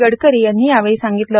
गडकरी यांनी यावेळी सांगितले